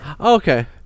okay